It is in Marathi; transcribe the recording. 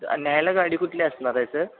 न्यायला गाडी कुठली असणार आहे सर